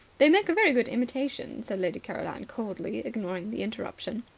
they make a very good imitation, said lady caroline coldly, ignoring the interruption.